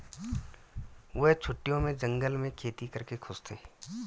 वे छुट्टियों में जंगल में खेती करके खुश थे